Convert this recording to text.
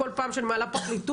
כמו כל פעם שאני מעלה את הפרקליטות,